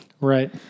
Right